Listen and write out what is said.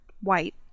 white